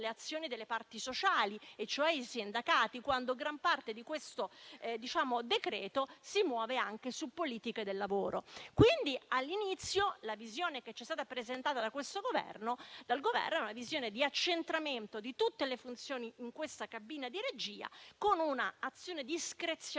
Quindi, all'inizio, la visione che ci è stata presentata dal Governo era quella di un accentramento di tutte le funzioni in questa cabina di regia, con un'azione discrezionale